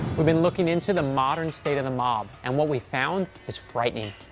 we've been looking into the modern state of the mob. and what we've found is frightening.